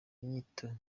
inyito